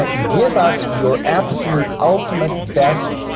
but give us your absolute, ultimate best,